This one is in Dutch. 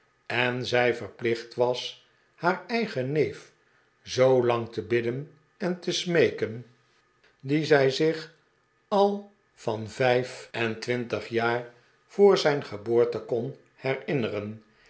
en zij verplicht was haar eigen neef zoolang te bidden en te smeeken dien zij zich al van vijf en twintig jaar voor zijn geboorte kon herinneren